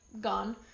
gone